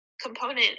component